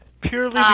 purely